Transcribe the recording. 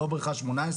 לא 18,